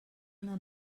una